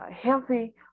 healthy